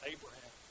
Abraham